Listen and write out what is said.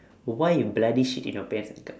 why you bloody shit in your pants